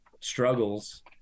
struggles